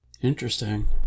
Interesting